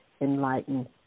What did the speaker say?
Enlightened